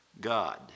God